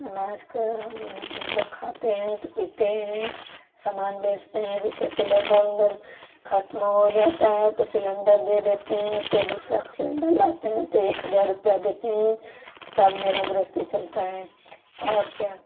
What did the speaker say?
अनाज का हम उन लोग खाते हैं तो पीते हैं समान बेचते हैं जैसे सिलेंडर ओलेन्डर खत्म हो जाता है तो सिलेंडर दे देते हैं तो दूसरा सिलेंडर लाते हैं तो एक हजार रुपया देते हैं तब मेरा गृहस्थी चलता है और क्या